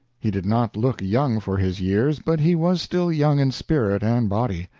he did not look young for his years, but he was still young in spirit and body.